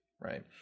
right